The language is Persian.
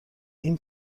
این